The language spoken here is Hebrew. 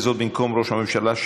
וזאת במקום ראש הממשלה,